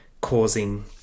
causing